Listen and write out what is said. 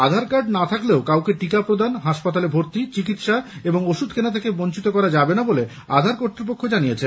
আধার card না থাকলেও কাউকে টিকা প্রদান হাসপাতালে ভর্তি চিকিৎসা এবং ওষুধ কেনা থেকে বঞ্চিত করা যাবে না বলে আধার কর্তৃপক্ষ জানিয়েছে